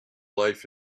life